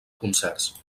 concerts